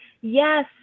Yes